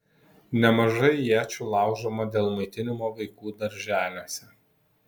nemažai iečių laužoma dėl maitinimo vaikų darželiuose